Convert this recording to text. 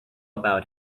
about